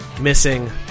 Missing